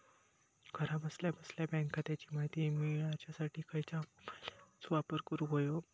घरा बसल्या बसल्या बँक खात्याची माहिती मिळाच्यासाठी खायच्या मोबाईल ॲपाचो वापर करूक होयो?